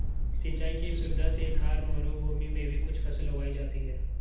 सिंचाई की सुविधा से थार मरूभूमि में भी कुछ फसल उगाई जाती हैं